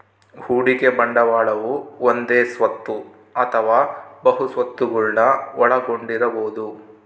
ಹೂಡಿಕೆ ಬಂಡವಾಳವು ಒಂದೇ ಸ್ವತ್ತು ಅಥವಾ ಬಹು ಸ್ವತ್ತುಗುಳ್ನ ಒಳಗೊಂಡಿರಬೊದು